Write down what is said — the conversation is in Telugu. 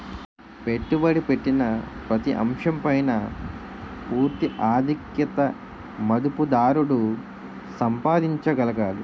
పెట్టుబడి పెట్టిన ప్రతి అంశం పైన పూర్తి ఆధిక్యత మదుపుదారుడు సంపాదించగలగాలి